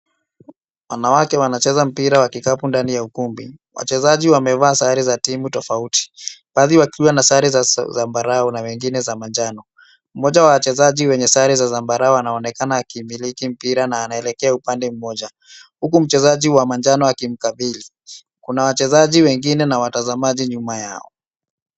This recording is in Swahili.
Wanawake wanacheza mpira wa kikapu ndani ya ukumbi. Wachezaji wamevaa sare za timu tofauti baadhi wakiwa na sare za zambarau na wengine za manjano. MMoja wa wachezaji wenye sare za zambarau anaonekana akimiliki mpira na anaelekea upande mmoja huku mchezaji wa manjano akimkabili. Kuna wachezaji wengine na watazamaji nyuma yao.